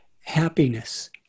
happiness